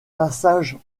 passage